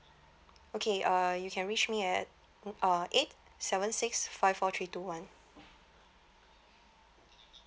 okay uh you can reach me at mm uh eight seven six five four three two one